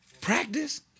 Practice